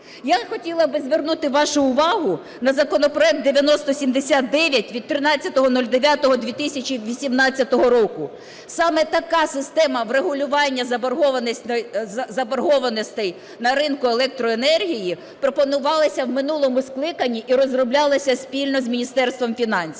Я хотіла би звернути вашу увагу на законопроект 9079 від 13.09.2018 року. Саме така система врегулювання заборгованостей на ринку електроенергії пропонувалася в минулому скликанні і розроблялася спільно з Міністерством фінансів.